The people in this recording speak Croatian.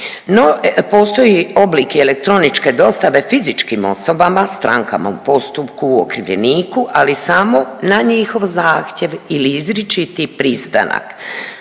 postoji oblik i elektroničke dostave fizičkim osobama, strankama u postupku, okrivljenik u ali samo na njihov zahtjev ili izričiti pristanak